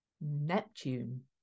Neptune